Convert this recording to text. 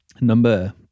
Number